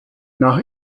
nach